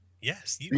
Yes